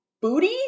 booty